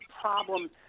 problem